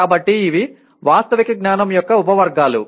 కాబట్టి ఇవి వాస్తవిక జ్ఞానం యొక్క ఉపవర్గాలు